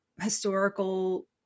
historical